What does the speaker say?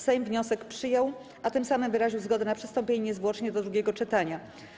Sejm wniosek przyjął, a tym samym wyraził zgodę na przystąpienie niezwłocznie do drugiego czytania.